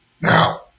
now